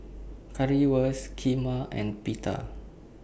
Currywurst Kheema and Pita